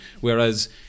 Whereas